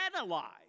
alive